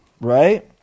right